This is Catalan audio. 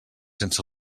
sense